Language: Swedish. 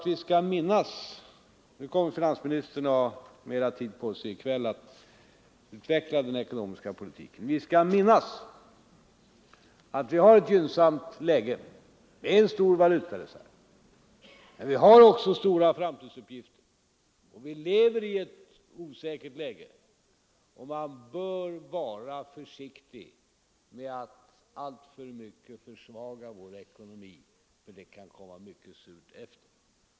Finansministern kommer att ha mera tid på sig i kväll för att utveckla den ekonomiska politiken. Jag vill ändå säga att vi skall minnas att vi har ett gynnsamt läge med en stor valutareserv. Men vi har också stora framtidsuppgifter, och vi lever i ett osäkert läge. Vi bör vara försiktiga med att alltför mycket försvaga vår ekonomi, för det kan komma mycket surt efter.